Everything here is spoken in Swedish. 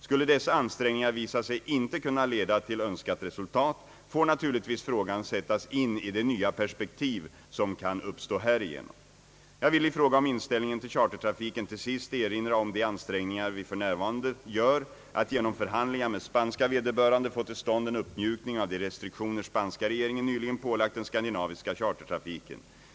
Skulle dessa ansträngningar visa sig inte kunna leda till önskat resultat får naturligtvis frågan sättas in i det nya perspektiv som kan uppstå härigenom. Jag vill i fråga om inställningen till chartertrafiken till sist erinra om de ansträngningar vi för närvarande gör att genom förhandlingar med spanska vederbörande få till stånd en uppmjukning av de restriktioner spanska regeringen nyligen pålagt den skandinaviska chartertrafiken.